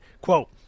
Quote